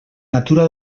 natura